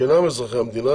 שאינם אזרחי המדינה,